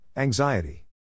Anxiety